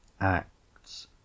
Acts